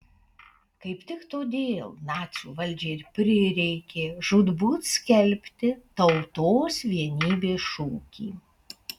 kaip tik todėl nacių valdžiai ir prireikė žūtbūt skelbti tautos vienybės šūkį